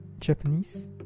Japanese